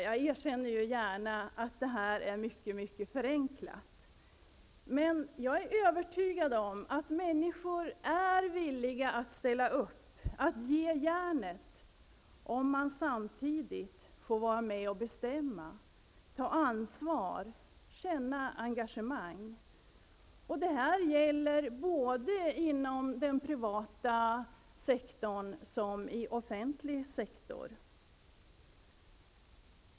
Jag erkänner gärna att det här är mycket förenklat. Men jag är övertygad om att människor är villiga att ställa upp och att ge järnet om de samtidigt får vara med och bestämma, ta ansvar och känna engagemang. Detta gäller såväl inom den privata sektorn som inom den offentliga sektor.